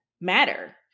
matter